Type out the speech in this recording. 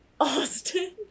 Austin